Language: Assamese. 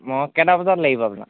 মই কেইটা বজাত লাগিব আপোনাক